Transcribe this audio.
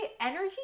energy